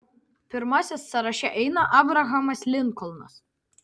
pirmasis sąraše eina abrahamas linkolnas